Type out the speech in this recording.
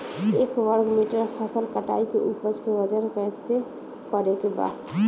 एक वर्ग मीटर फसल कटाई के उपज के वजन कैसे करे के बा?